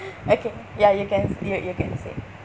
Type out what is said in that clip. okay ya you can you you can say